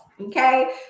Okay